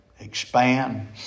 expand